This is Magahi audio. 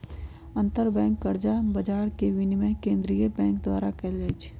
अंतरबैंक कर्जा बजार के विनियमन केंद्रीय बैंक द्वारा कएल जाइ छइ